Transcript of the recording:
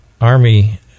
army